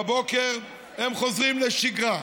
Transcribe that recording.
בבוקר הם חוזרים לשגרה.